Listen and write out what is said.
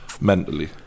mentally